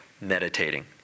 Meditating